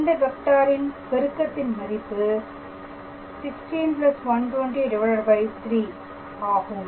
இந்த வெக்டாரின் பெருக்கத்தின் மதிப்பு 1316 120 ஆகும்